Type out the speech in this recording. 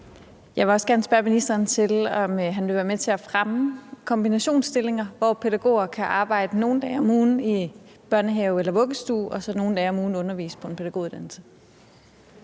Jeg vil også gerne spørge ministeren, om han vil være med til at fremme kombinationsstillinger, hvor pædagoger kan arbejde nogle dage om ugen i en børnehave eller vuggestue og nogle dage om ugen undervise på en pædagoguddannelse.